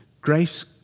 grace